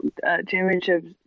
championships